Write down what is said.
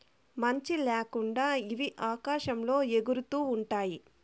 మంచి ల్యాకుండా ఇవి ఆకాశంలో ఎగురుతూ ఉంటాయి